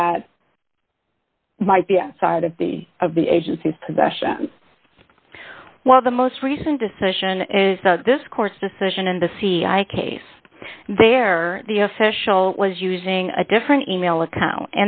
that might be a side of the of the agency's possession well the most recent decision is this course decision in the cia case there the official was using a different e mail account